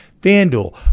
FanDuel